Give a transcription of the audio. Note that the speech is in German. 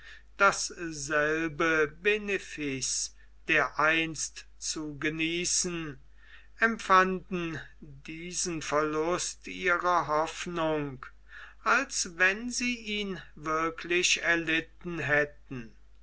dasselbe benefiz dereinst zu genießen empfanden diesen verlust ihrer hoffnung als wenn sie ihn wirklich erlitten hätten